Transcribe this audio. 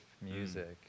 music